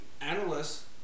analysts